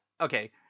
okay